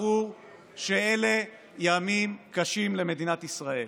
שאלה ימים קשים למדינת ישראל.